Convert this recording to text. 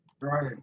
Right